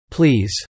Please